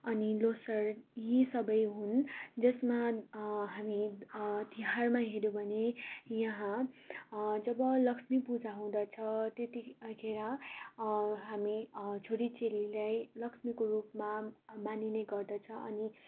अनि ल्होसार यी सबै हुन् जसमा हामी तिहारमा हेर्यो भने यहाँ जब लक्ष्मी पूजा हुँदछ त्यतिखेर हामी छोरी चेलीलाई लक्ष्मीको रूपमा मानिने गर्दछ